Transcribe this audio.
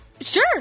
sure